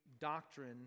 doctrine